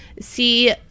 see